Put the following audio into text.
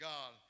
God